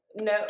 No